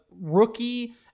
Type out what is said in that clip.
rookie